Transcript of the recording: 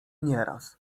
nieraz